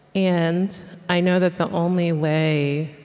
and i know that the only way